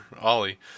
Ollie